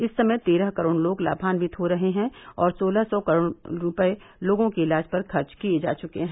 इस समय तेरह करोड़ लोग लाभान्वित हो रहे हैं और सोलह सौ करोड़ रूपये लोगों के इलाज पर खर्च किये जा चुके हैं